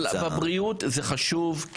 כמעט בכל תחום, אבל בבריאות זה חשוב.